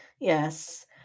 Yes